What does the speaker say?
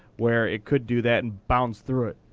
where it could do that and bounce through it.